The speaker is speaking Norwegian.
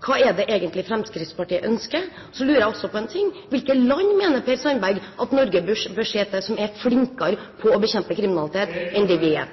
Hva er det egentlig Fremskrittspartiet ønsker? Så lurer jeg på en annen ting: Hvilke land mener Per Sandberg at Norge bør se til som er flinkere til å bekjempe kriminalitet enn det vi er?